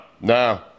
no